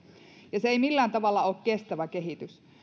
ja se ei millään tavalla ole kestävä kehitys